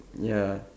ya